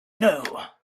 know